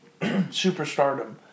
superstardom